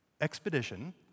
expedition